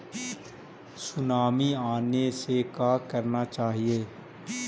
Tsunami आने से का करना चाहिए?